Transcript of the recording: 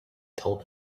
told